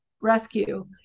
rescue